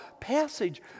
passage